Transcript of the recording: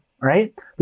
right